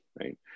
right